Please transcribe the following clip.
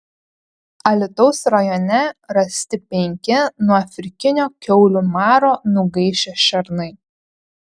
alytaus rajone rasti penki nuo afrikinio kiaulių maro nugaišę šernai